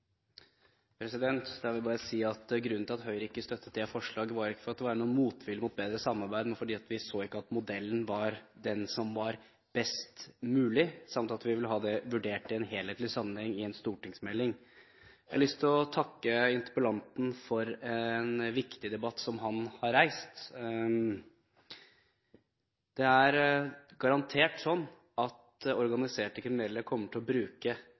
dessverre. Jeg vil bare si at grunnen til at Høyre ikke støttet det nevnte forslaget, var ikke at det var noen motvilje mot bedre samarbeid, men at vi ikke så at modellen var den som var best mulig, samt at vi ville ha det vurdert i en helhetlig sammenheng i en stortingsmelding. Jeg har lyst til å takke interpellanten for at han har reist en viktig debatt. Det er garantert slik at organiserte kriminelle kommer til å bruke